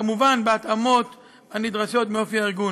כמובן בהתאמות הנדרשות מאופי הארגון.